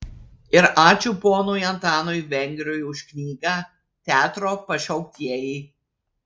ir ačiū ponui antanui vengriui už knygą teatro pašauktieji